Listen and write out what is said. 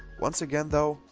once again though.